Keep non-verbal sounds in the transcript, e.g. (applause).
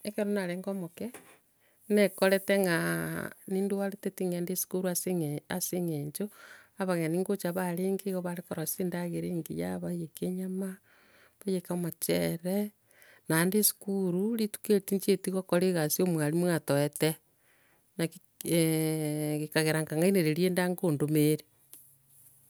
Ekero narenge omoke, naekorete ng'a nindwarete ting'enda esukuru ase ase eng'encho abageni ngocha baarenge, igo barekorosia endagera engiya, baiyeke enyama, baiyeke omoche- e- re, naende esukuru rituko erio tinchieti kogora egasi omwarimu atoete. Nakig (hesitation) gekagera nkang'ainereria enda nkondoma ere.